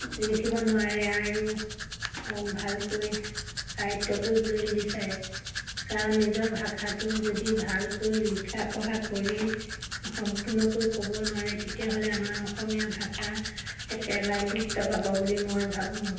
লিখিব নোৱাৰে আৰু ভালকৈ আয়ত্ব কৰিবলৈ নিবিচাৰে কাৰণ নিজৰ ভাষাটো যদি ভালকৈ লিখা পঢ়া কৰি সম্পূৰ্ণকৈ ক'ব নোৱাৰে তেতিয়াহ'লে আমাৰ অসমীয়া ভাষা একেবাৰে লুপ্ত পাব বুলি মই ভাবোঁ